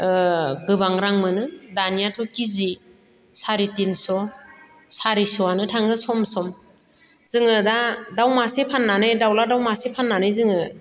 ओ गोबां रां मोनो दानियाथ' केजि साराइथिनस' सारिस'आनो थाङो सम सम जोङो दा दाउ मासे फाननानै दाउज्ला दाउ मासे फाननानै जोङो